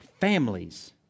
Families